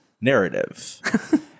narrative